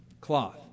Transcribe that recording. cloth